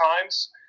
times